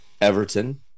Everton